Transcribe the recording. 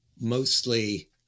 mostly